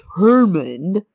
determined